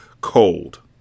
cold